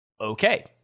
Okay